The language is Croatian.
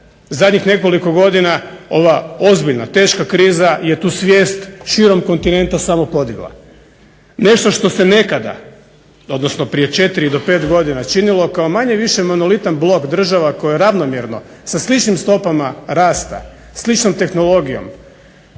Zadnjih nekoliko godina ova ozbiljna teška kriza je tu svijest širom kontinenta samo podigla. Nešto što se nekada, odnosno prije 4 do 5 godina činilo kao manje-više monolitan blok država koje ravnomjerno sa sličnim stopama rasta, sličnom tehnologijom